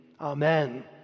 Amen